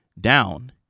down